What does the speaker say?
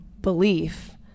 belief